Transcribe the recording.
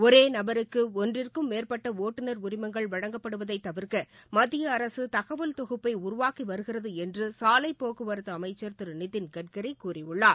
ஒரே நபருக்கு ஒன்றிற்கும் மேற்பட்ட ஒட்டுநர் உரிமங்கள் வழங்கப்படுவதை தவிர்க்க மத்திய அரசு தகவல் தொகுப்பை உருவாக்கி வருகிறது என்று சாவைப்போக்குவரத்து அமைச்சர் திரு நிதின்கட்கரி கூறியுள்ளார்